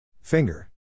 Finger